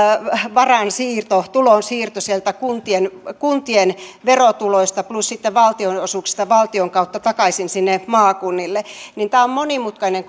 varainsiirto tulonsiirto sieltä kuntien kuntien verotuloista plus sitten valtionosuuksista valtion kautta takaisin sinne maakunnille tämä on monimutkainen